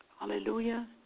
Hallelujah